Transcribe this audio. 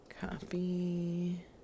Copy